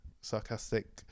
sarcastic